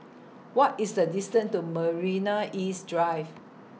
What IS The distance to Marina East Drive